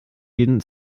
jeden